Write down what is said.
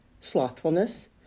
slothfulness